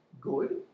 good